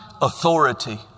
authority